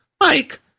Mike